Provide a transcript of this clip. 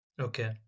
Okay